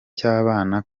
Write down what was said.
cy’abana